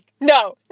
No